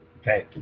Okay